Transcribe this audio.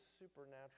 supernatural